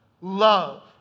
love